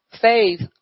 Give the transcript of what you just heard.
faith